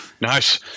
Nice